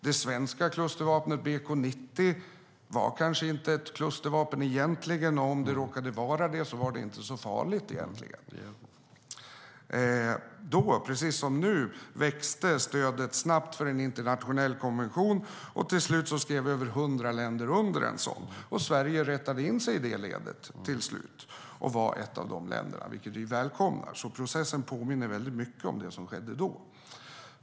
Det svenska klustervapnet BK 90 var kanske egentligen inte ett klustervapen, och om det råkade vara det var det inte så farligt. Då, precis som nu, växte stödet snabbt för en internationell konvention. Till slut skrev över hundra länder under en sådan, och Sverige rättade till slut in sig i ledet och var ett av dessa länder, vilket vi välkomnade. Den här processen påminner väldigt mycket om det som skedde då.